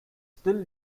still